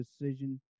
decision